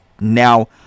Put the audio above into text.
now